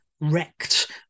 wrecked